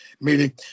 meeting